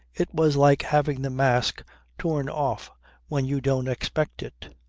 it was like having the mask torn off when you don't expect it.